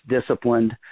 disciplined